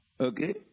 Okay